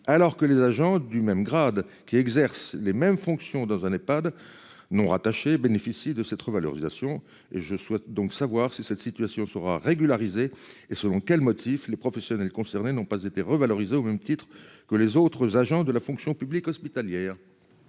alors que les agents du même grade qui exerce les mêmes fonctions dans un Ehpad non rattachés bénéficient de cette revalorisation et je souhaite donc savoir si cette situation sera régularisée. Et selon quel motif les professionnels concernés n'ont pas été revalorisés au même titre que les autres agents de la fonction publique hospitalière.